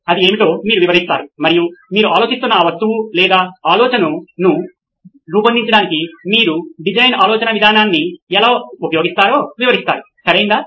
అది ఏమిటో మీరు వివరిస్తారు మరియు మీరు ఆలోచిస్తున్న ఆ వస్తువు లేదా ఆలోచనను రూపొందించడానికి మీరు డిజైన్ ఆలోచన విధానాన్ని ఎలా ఉపయోగిస్తారో వివరిస్తారు సరియైనదా